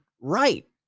right